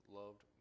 loved